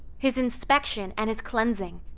his inspection and his cleansing.